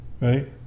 Right